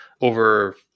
over